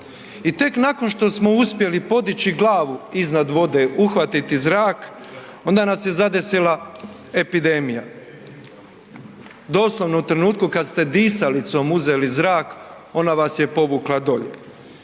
i tek nakon što smo uspjeli podići glavu iznad vode uhvatiti zrak onda nas je zadesila epidemija. Doslovno u trenutku kada ste disalicom uzeli zrak ona vas je povukla dolje.